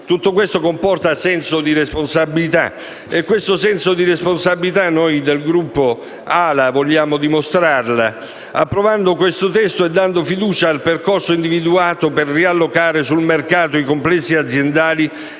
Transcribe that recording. Tutto questo comporta senso di responsabilità e questo senso di responsabilità noi del Gruppo AL-A vogliamo dimostrare, approvando il testo in esame e dando fiducia al percorso individuato per riallocare sul mercato i complessi aziendali